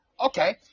okay